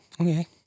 Okay